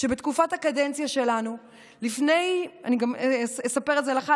שבתקופת הקדנציה שלנו, אספר את זה לך,